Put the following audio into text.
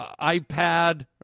iPad